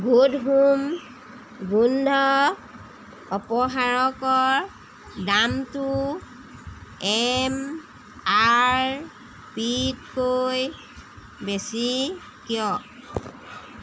good home গোন্ধ অপসাৰকৰ দামটো এম আৰ পিতকৈ বেছি কিয়